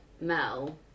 mel